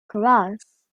keras